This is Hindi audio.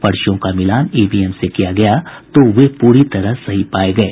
पर्चियों का मिलान ईवीएम से किया गया तो वे पूरी तरह सही पाये गये